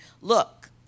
look